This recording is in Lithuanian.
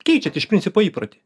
keičiat iš principo įprotį